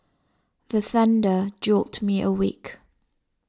the thunder jolt me awake